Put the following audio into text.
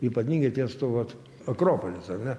ypatingai ties tuo vat akropolis ar ne